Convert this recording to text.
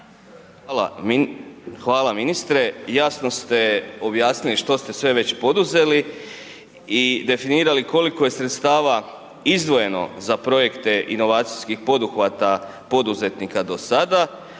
Hvala ministre, jasno ste objasnili što ste sve već poduzeli i definirali koliko je sredstava izdvojeno za projekte inovacijskih poduhvata poduzetnika do sada,